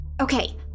Okay